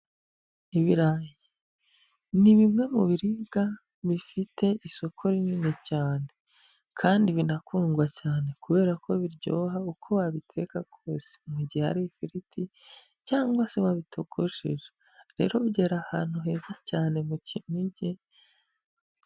Ibirayi ni bimwe mu biribwa bifite isoko rinini cyane kandi binakundwa cyane kubera ko biryoha, uko wabiteka kose mu gihe ari ifiriti cyangwa se wabitogosheje, rero byera ahantu heza cyane mu Kinigi.